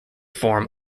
form